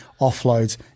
offloads